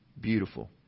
beautiful